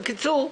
בקיצור,